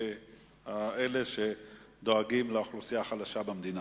אלה שדואגים לאוכלוסייה החלשה במדינה.